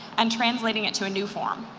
and translating it to a new form.